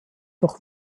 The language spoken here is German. doch